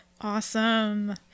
Awesome